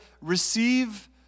receive